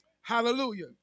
Hallelujah